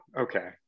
okay